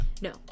No